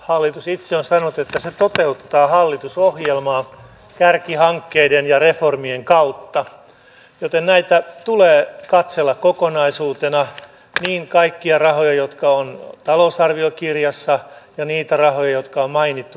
hallitus itse on sanonut että se toteuttaa hallitusohjelmaa kärkihankkeiden ja reformien kautta joten näitä tulee katsella kokonaisuutena niin kaikkia rahoja jotka ovat talousarviokirjassa kuin niitä rahoja jotka on mainittu näissä kärkihankkeissa